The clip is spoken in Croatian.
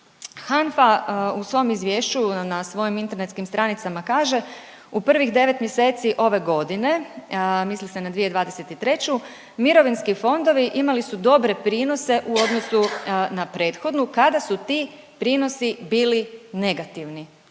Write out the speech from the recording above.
HANFA u svom izvješću na svojim internetskim stranicama kaže, u prvih devet mjeseci ove godine, misli se na 2023., mirovinski fondovi imali su dobre prinose u odnosu na prethodnu kada su ti prinosi bili negativni.